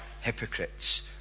hypocrites